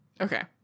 Okay